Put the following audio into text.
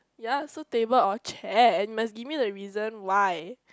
ya so table or chair and you must give me the reason why